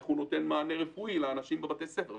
איך הוא נותן מענה רפואי לאנשים בבתי הספר,